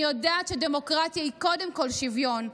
אני יודעת שדמוקרטיה היא קודם כול שוויון.